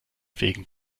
wegen